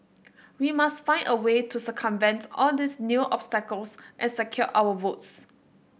we must find a way to circumvent all these new obstacles and secure our votes